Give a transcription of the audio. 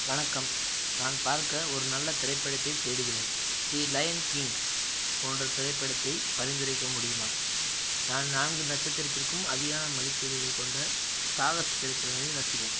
வணக்கம் நான் பார்க்க ஒரு நல்ல திரைப்படத்தைத் தேடுகிறேன் தி லயன் கிங் போன்ற திரைப்படத்தைப் பரிந்துரைக்க முடியுமா நான் நான்கு நட்சத்திரத்திற்கும் அதிகான மதிப்பீடுகளைக் கொண்ட சாகசத் திரைப்படங்களின் ரசிகன்